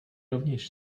rovněž